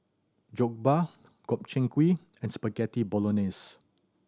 Jokbal Gobchang Gui and Spaghetti Bolognese